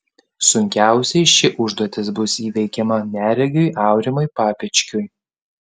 sunkiausiai ši užduotis bus įveikiama neregiui aurimui papečkiui